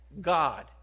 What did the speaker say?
God